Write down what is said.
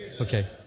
Okay